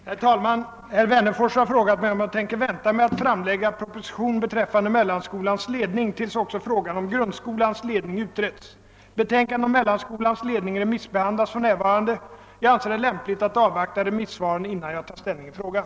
Herr talman! Herr Wennerfors har frågat mig, om jag tänker vänta med att framlägga proposition beträffande mellanskolans ledning tills också frågan om grundskolans ledning utretts. Betänkandet om mellanskolans ledning remissbehandlas för närvarande. Jag anser det lämpligt att avvakta remissvaren, innan jag tar ställning i frågan.